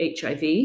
hiv